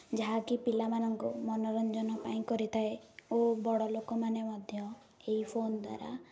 ଯାହାକି ପିଲାମାନଙ୍କୁ ମନୋରଞ୍ଜନ ପାଇଁ କରିଥାଏ ଓ ବଡ଼ ଲୋକମାନେ ମଧ୍ୟ ଏହି ଫୋନ୍ ଦ୍ୱାରା